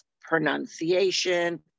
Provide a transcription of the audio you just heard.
pronunciation